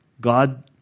God